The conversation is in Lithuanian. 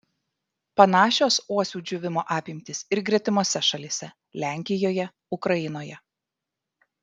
panašios uosių džiūvimo apimtys ir gretimose šalyse lenkijoje ukrainoje